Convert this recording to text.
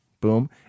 Boom